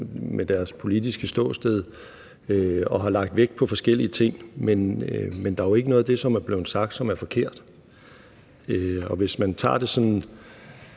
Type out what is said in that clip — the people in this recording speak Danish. hver deres politiske ståsted og har lagt vægt på forskellige ting, men der er jo ikke noget af det, som er blevet sagt, som er forkert. Hvis man tager det forfra,